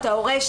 את ההורה,